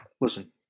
listen